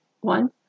One